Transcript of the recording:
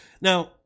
now